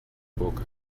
book